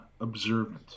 observant